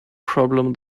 problem